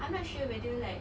I'm not sure whether like